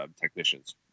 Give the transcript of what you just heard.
technicians